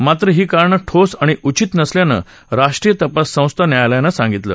मात्र ही कारणं ठोस आणि उचित नसल्यानं राष्ट्रीय तपास संस्था न्यायालयानं सांगितलं